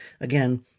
again